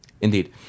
Indeed